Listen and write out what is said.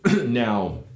Now